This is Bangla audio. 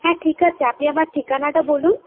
হ্যাঁ ঠিক আছে আপনি আপনার ঠিকানাটা বলুন